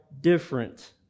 different